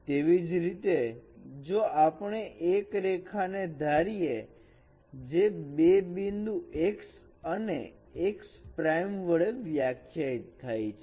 તેવી જ રીતે જો આપણે એક રેખાને ધારીએ જે બે બિંદુ x અને x prime વડે વ્યાખ્યાયિત થાય છે